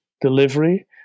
delivery